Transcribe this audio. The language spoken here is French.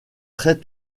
très